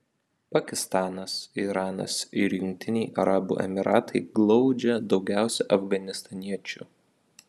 pakistanas iranas ir jungtiniai arabų emyratai glaudžia daugiausiai afganistaniečių